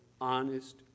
honest